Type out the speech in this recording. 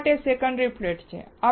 શા માટે secondary flat છે